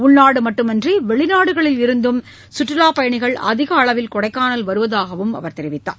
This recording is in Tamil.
உள்நாடு மட்டுமன்றி வெளிநாடுகளிலிருந்தும் சுற்றுலாப்பயணிகள் அதிக அளவில் கொடைக்கானல் வருவதாகவும் அவர் தெரிவித்தார்